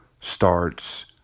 starts